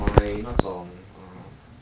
ya seven dollars cheaper